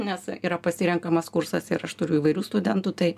nes yra pasirenkamas kursas ir aš turiu įvairių studentų tai